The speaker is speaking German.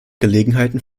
gelegenheiten